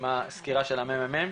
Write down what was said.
נשמע סקירה של המ"מ,